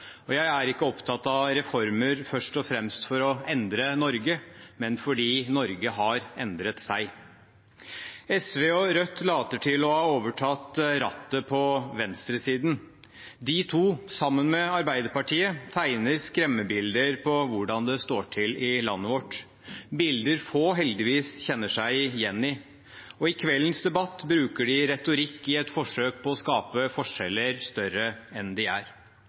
forskjell. Jeg er ikke opptatt av reformer først og fremst for å endre Norge, men fordi Norge har endret seg. SV og Rødt later til å ha overtatt rattet på venstresiden. De to partiene tegner, sammen med Arbeiderpartiet, skremmebilder av hvordan det står til i landet vårt – bilder få heldigvis kjenner seg igjen i. I kveldens debatt bruker de retorikk i et forsøk på å skape forskjeller større enn de er.